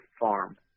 farm